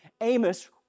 Amos